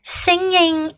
singing